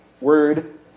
word